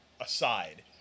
aside